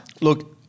Look